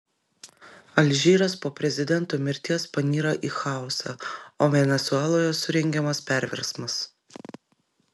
alžyras po prezidento mirties panyra į chaosą o venesueloje surengiamas perversmas